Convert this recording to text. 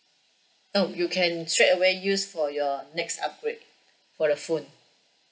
no you can straight away use for your next upgrade for the phone